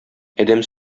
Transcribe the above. адәм